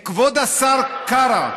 כבוד השר קרא,